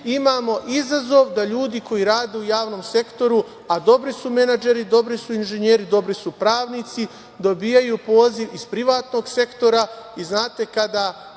imamo izazov da ljudi koji rade u javnom sektoru, a dobri su menadžeri, dobri su inženjeri, dobri su pravnici dobijaju poziv iz privatnog sektora. Znate, kada